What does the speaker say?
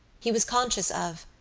he was conscious of,